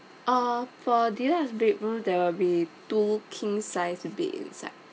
uh for deluxe bedroom there will be two king-sized bed inside